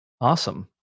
Awesome